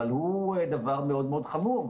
אבל הוא דבר מאוד מאוד חמור,